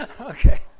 Okay